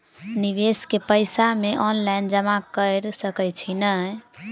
निवेश केँ पैसा मे ऑनलाइन जमा कैर सकै छी नै?